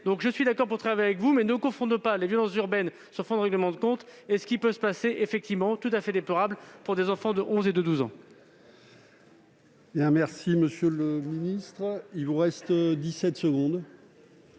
Je suis d'accord pour travailler avec vous, mais ne confondons pas les violences urbaines sur fond de règlements de comptes et ce qui peut se passer, et qui est effectivement tout à fait déplorable, pour des enfants de 11 ou de 12 ans.